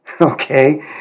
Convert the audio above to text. Okay